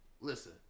listen